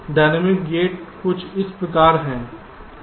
CMOS dynamic gate कुछ इस तरह हैं